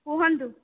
କୁହନ୍ତୁ